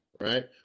right